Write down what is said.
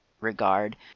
regard